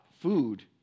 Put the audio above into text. food